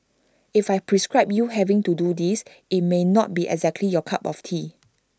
if I prescribe you having to do this IT may not be exactly your cup of tea